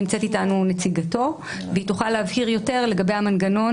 נמצאת אתנו נציגתו והיא תוכל להבהיר יותר לגבי המנגנון